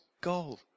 goal